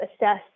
assess